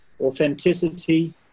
authenticity